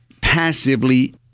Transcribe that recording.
passively